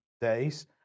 days